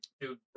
dude